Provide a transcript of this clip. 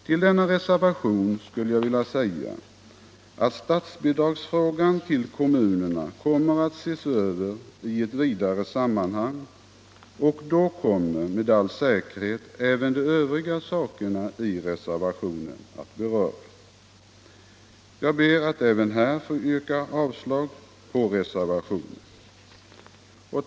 Till denna reservation skulle jag vilja säga att frågan om statsbidrag till kommunerna kommer att ses över i ett vidare sammanhang, och då kommer med all säkerhet även de övriga spörsmålen i reservationen att beröras. Jag ber att även vid denna punkt få yrka avslag på reservationen.